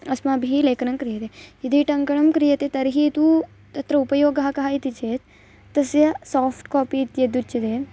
अस्माभिः लेखनं क्रियते यदि टङ्कनं क्रियते तर्हि तु तत्र उपयोगः कः इति चेत् तस्य साफ़्ट् कापि इत्यदुच्यते